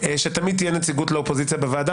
שתמיד תהיה נציגות לאופוזיציה בוועדה,